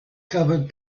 covered